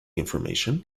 information